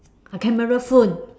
a camera phone